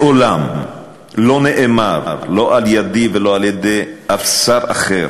מעולם לא נאמר, לא על-ידי ולא על-ידי אף שר אחר,